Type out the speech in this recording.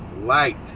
light